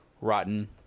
rotten